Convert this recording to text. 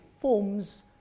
forms